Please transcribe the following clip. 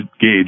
gauge